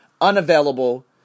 unavailable